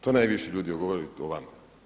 To najviše ljudi govori o vama.